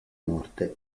morte